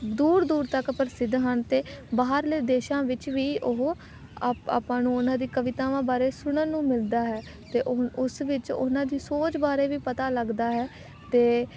ਦੂਰ ਦੂਰ ਤੱਕ ਪ੍ਰਸਿੱਧ ਹਨ ਅਤੇ ਬਾਹਰਲੇ ਦੇਸ਼ਾਂ ਵਿੱਚ ਵੀ ਉਹ ਅਪ ਆਪਾਂ ਨੂੰ ਉਹਨਾਂ ਦੀ ਕਵਿਤਾਵਾਂ ਬਾਰੇ ਸੁਣਨ ਨੂੰ ਮਿਲਦਾ ਹੈ ਅਤੇ ਉ ਉਸ ਵਿੱਚ ਉਹਨਾਂ ਦੀ ਸੋਚ ਬਾਰੇ ਵੀ ਪਤਾ ਲੱਗਦਾ ਹੈ ਅਤੇ